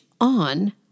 on